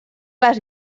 les